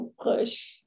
push